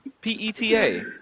P-E-T-A